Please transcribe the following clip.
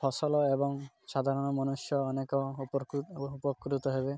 ଫସଲ ଏବଂ ସାଧାରଣ ମନୁଷ୍ୟ ଅନେକ ଉପକୃତ ହେବେ